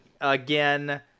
again